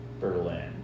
Berlin